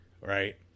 right